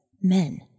men